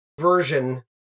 version